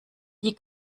die